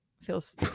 feels